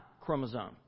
chromosome